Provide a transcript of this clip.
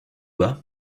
bas